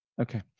Okay